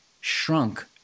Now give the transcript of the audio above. shrunk